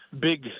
big